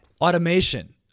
Automation